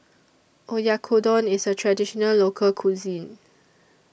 Oyakodon IS A Traditional Local Cuisine